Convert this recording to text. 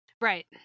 Right